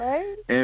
Right